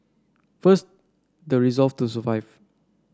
first the resolve to survive